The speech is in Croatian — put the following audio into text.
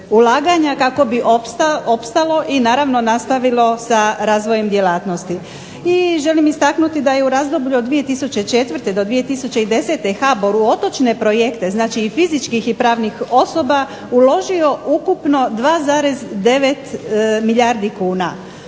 ulaganja kako bi opstalo i naravno nastavilo sa razvojem djelatnosti. I želim istaknuti da je u razdoblju od 2004. do 2010. HBOR u otočne projekte, znači i fizičkih i pravnih osoba uložio ukupno 2,9 milijardi kuna,